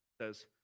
says